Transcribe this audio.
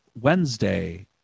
Wednesday